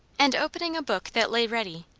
and opening a book that lay ready,